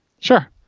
Sure